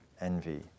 envy